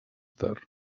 tard